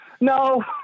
no